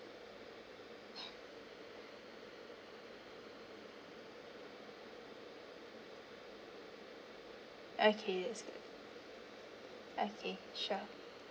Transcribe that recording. okay that's great okay sure